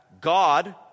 God